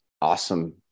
awesome